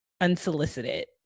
unsolicited